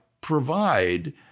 provide